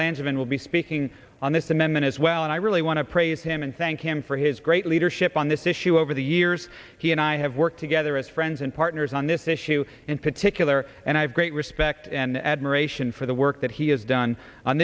landsman will be speaking on this amendment as well and i really want to praise him and thank him for his great leadership on this issue over the years he and i have worked together as friends and partners on this issue in particular and i have great respect and admiration for the work that he has done on